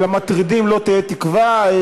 למטרידים לא תהיה תקווה.